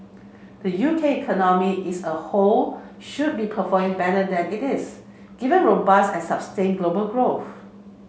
the U K economy is a whole should be performing better than it is given robust and sustained global growth